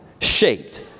shaped